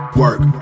work